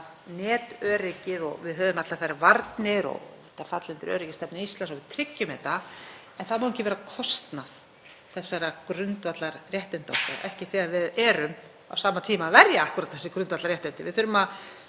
öryggis og að við höfum allar þær varnir og þetta falli undir öryggisstefnu Íslands og að við tryggjum þetta en það má ekki vera á kostnað grundvallarréttinda okkar, ekki þegar við erum á sama tíma að verja akkúrat þessi grundvallarréttindi. Við þurfum að